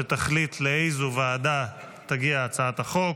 שתחליט לאיזו ועדה תגיע הצעת החוק